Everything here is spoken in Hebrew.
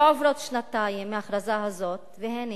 לא עוברות שנתיים מההכרזה הזאת, והנה